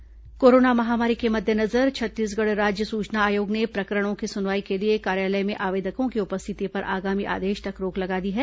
सूचना आयोग प्रकरण सुनवाई कोरोना महामारी के मद्देनजर छत्तीसगढ़ राज्य सुचना आयोग ने प्रकरणों की सुनवाई के लिए कार्यालय में आवेदकों की उपस्थिति पर आगामी आदेश तक रोक लगा दी है